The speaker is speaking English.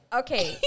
okay